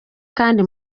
kandi